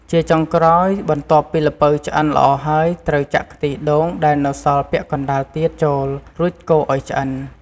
ជាចុងក្រោយ បន្ទាប់ពីល្ពៅឆ្អិនល្អហើយ ត្រូវចាក់ខ្ទិះដូងដែលនៅសល់ពាក់កណ្តាលទៀតចូល រួចកូរឱ្យឆ្អិន។